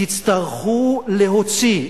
תצטרכו להוציא,